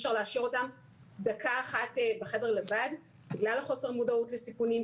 אפשר להשאיר אותם דקה אחת בחדר לבד בגלל חוסר המודעות לסיכונים,